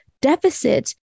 deficit